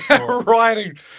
writing